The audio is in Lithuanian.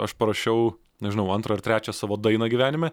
aš parašiau nežinau antrą ar trečią savo dainą gyvenime